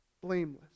blameless